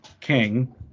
king